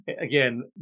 again